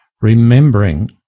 remembering